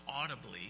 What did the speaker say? audibly